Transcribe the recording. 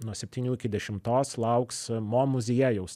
nuo septynių iki dešimtos lauks mo muziejaus